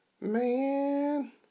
Man